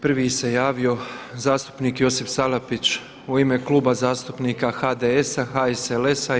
Prvi se javi zastupnik Josip Salapić u ime Kluba zastupnika HDS, HSLS i